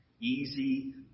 easy